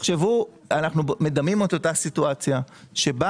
אנחנו מדמים את אותה סיטואציה, שבה